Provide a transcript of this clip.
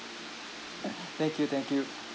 thank you thank you